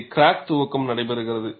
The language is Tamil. இங்கே கிராக் துவக்கம் நடைபெறுகிறது